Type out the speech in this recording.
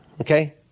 Okay